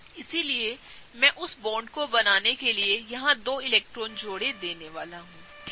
इसलिएमैं उस बॉन्ड को बनाने के लिए यहां दो इलेक्ट्रॉन जोड़े देने वाला हूं ठीक है